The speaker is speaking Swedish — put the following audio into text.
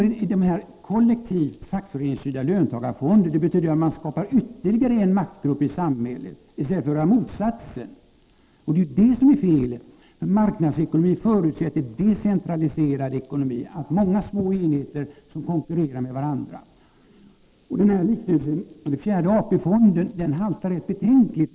Införandet av kollektiva, fackföreningsstyrda löntagarfonder betyder att man skapar ytterligare en maktgrupp i samhället i stället för att göra motsatsen. Det är ju det som är felet, därför att marknadsekonomin förutsätter decentraliserad ekonomi — många små enheter som konkurrerar med varandra. Liknelsen med fjärde AP-fonden, Lennart Nilsson, haltar rätt betänkligt.